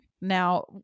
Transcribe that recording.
now